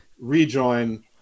rejoin